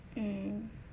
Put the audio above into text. mm